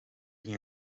hing